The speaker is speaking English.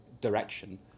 direction